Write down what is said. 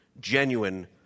genuine